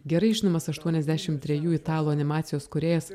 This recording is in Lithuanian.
gerai žinomas aštuoniasdešimt trejų italų animacijos kūrėjas